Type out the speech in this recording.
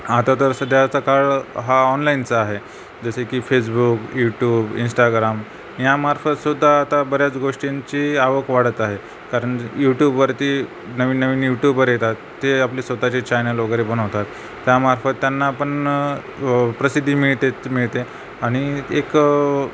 आता तर सध्याचा काळ हा ऑनलाईनचा आहे जसे की फेसबुक यूटूब इंस्टाग्राम यामार्फतसुद्धा आता बऱ्याच गोष्टींची आवक वाढत आहे कारण यूट्यूबवरती नवीन नवीन यूट्यूबवर येतात ते आपले स्वतःचे चॅनल वगैरे बनवतात त्यामार्फत त्यांनापण प्रसिद्धी मिळते मिळते आणि एक